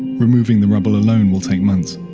removing the rubble alone will take months.